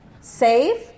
save